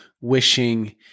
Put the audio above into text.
wishing